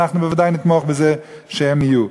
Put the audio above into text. אנחנו בוודאי נתמוך בזה שהם יהיו.